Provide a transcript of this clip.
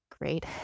Great